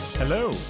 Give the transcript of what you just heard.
Hello